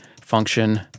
function